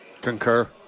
Concur